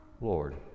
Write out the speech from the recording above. Lord